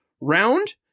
round